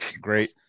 Great